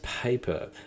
paper